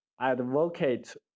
advocate